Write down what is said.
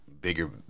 bigger